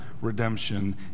redemption